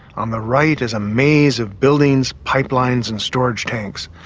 on the right is a maze of buildings, pipelines and storage tanks.